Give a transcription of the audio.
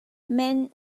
men